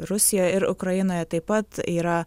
rusijoj ir ukrainoje taip pat yra